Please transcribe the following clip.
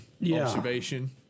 observation